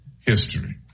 History